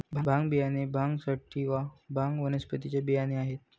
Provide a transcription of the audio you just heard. भांग बियाणे भांग सॅटिवा, भांग वनस्पतीचे बियाणे आहेत